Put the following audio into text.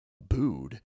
booed